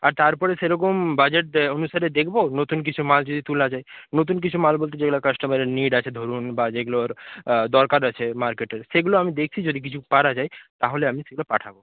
আর তার পরে সে রকম বাজেট অনুসারে দেখব নতুন কিছু মাল যদি তোলা যায় নতুন কিছু মাল বলতে যেগুলো কাস্টমারের নিড আছে ধরুন বা যেগুলোর দরকার আছে মার্কেটের সেগুলোর আমি দেখছি যদি কিছু পারা যায় তা হলে আমি সেগুলো পাঠাব